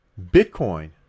Bitcoin